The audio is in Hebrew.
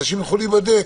אנשים ילכו להיבדק.